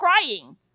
crying